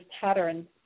patterns